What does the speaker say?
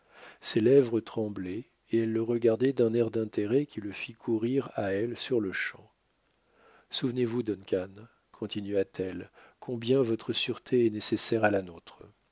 ses lèvres tremblaient et elle le regardait d'un air d'intérêt qui le fit courir à elle sur-le-champ souvenez-vous donc continua-t-elle combien votre sûreté est nécessaire à la nôtre